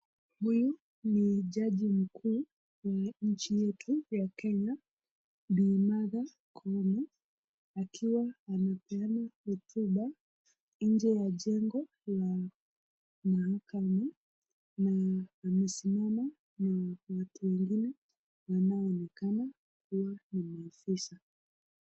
Huyu ni jaji mkuu nchi yetu ya Kenya Bi. Martha Koome akiwa anapeana hotuba nje ya jengo la mahakama na amesimama na watu wengine wanaoonekana pia ni maafisa.